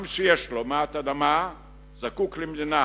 עם שיש לו מעט אדמה זקוק למדינה